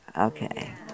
Okay